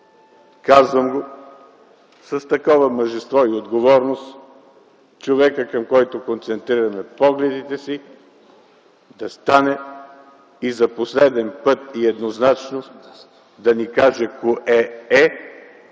Казвам го с такова мъжество и отговорност – човекът, към когото концентрираме погледите си, да стане и за последен път, и еднозначно да ни каже кое е,